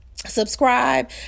Subscribe